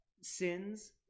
sins